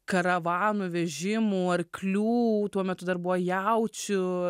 karavanų vežimų arklių tuo metu dar buvo jaučių